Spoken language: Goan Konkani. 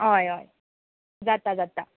हय हय जाता जाता